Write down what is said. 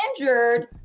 injured